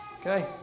Okay